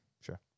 sure